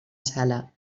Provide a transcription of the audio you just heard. sala